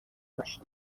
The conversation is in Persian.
داشت